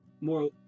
more